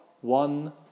one